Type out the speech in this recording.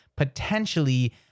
Potentially